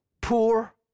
poor